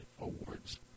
awards